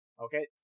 Okay